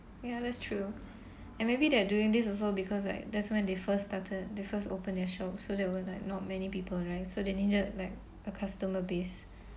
ya that's true and maybe they're doing this also because like that's when they first started they first opened their shop so there were like not many people right so they needed like a customer-based